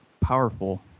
powerful